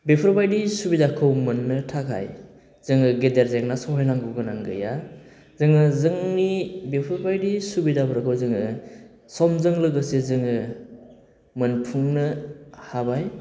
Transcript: बेफोरबायदि सुबिदाखौ मोननो थाखाय जोङो गेदेर जेंना सहायनांगौ गोनां गैया जोङो जोंनि बेफोरबायदि सुबिदाफोरखौ जोङो समजों लोगोसे जोङो मोनफुंनो हाबाय